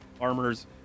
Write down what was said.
armors